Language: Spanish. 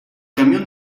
camión